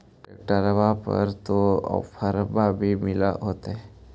ट्रैक्टरबा पर तो ओफ्फरबा भी मिल होतै?